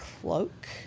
cloak